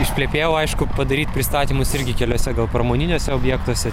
išplepėjau aišku padaryt pristatymus irgi keliuose gal pramoniniuose objektuose